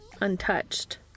Untouched